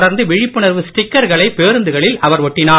தொடர்ந்து விழிப்புணர்வு ஸ்டிக்கர்களை பேருந்துகளில் ஒட்டினார்